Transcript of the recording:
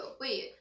Wait